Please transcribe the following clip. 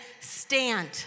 stand